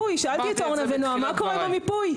שאלתי את אורנה ונועה: מה קורה עם המיפוי?